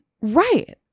Right